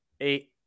Eight